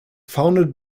founded